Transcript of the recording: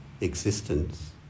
existence